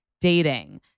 dating